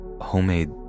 homemade